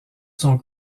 sont